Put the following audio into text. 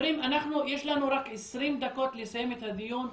יש לנו רק 20 דקות לסיים את הדיון,